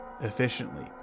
efficiently